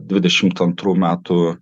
dvidešimt antrų metų